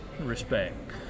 respect